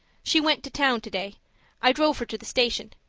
she went to town today i drove her to the station.